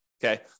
Okay